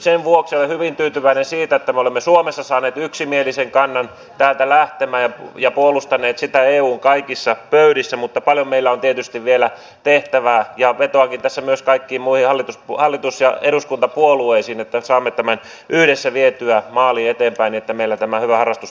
sen vuoksi olen hyvin tyytyväinen siihen että me olemme suomessa saaneet yksimielisen kannan täältä lähtemään ja puolustaneet sitä eun kaikissa pöydissä mutta paljon meillä on tietysti vielä tehtävää ja vetoankin tässä myös kaikkiin muihin hallitus ja eduskuntapuolueisiin että saamme tämän yhdessä vietyä maaliin eteenpäin että meillä tämä hyvä harrastus voi jatkua